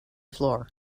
floor